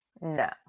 No